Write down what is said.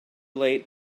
late